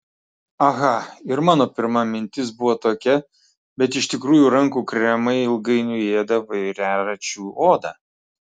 aha ir mano pirma mintis buvo tokia bet iš tikrųjų rankų kremai ilgainiui ėda vairaračių odą